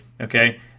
okay